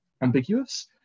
ambiguous